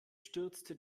stürzte